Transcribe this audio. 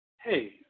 Hey